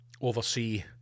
oversee